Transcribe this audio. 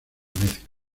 mezcla